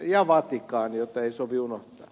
ja vatikaani jota ei sovi unohtaa